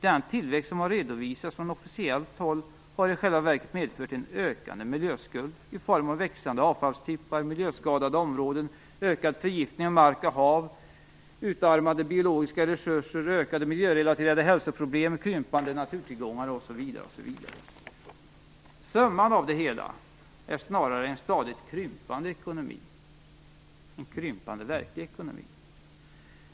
Den tillväxt som har redovisats från officiellt håll har i själva verket medfört en ökande miljöskuld i form av växande avfallstippar, miljöskadade områden, ökad förgiftning av mark och hav, utarmade biologiska resurser, ökade miljörelaterade hälsoproblem, krympande naturtillgångar osv. Summan av det hela är snarare en stadigt krympande verklig ekonomi.